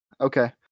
okay